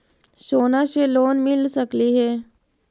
सोना से लोन मिल सकली हे?